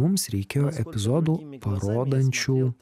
mums reikėjo epizodų parodančių